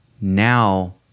Now